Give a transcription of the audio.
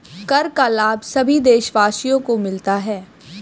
कर का लाभ सभी देशवासियों को मिलता है